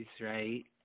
right